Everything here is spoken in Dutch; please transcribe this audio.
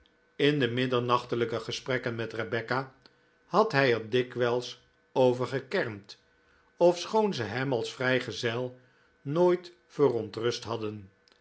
in middernachtelijke gesprekken met rebecca had hij er dikwijls over gekermd ofschoon ze hem als vrijgezel nooit verontrust hadden